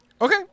okay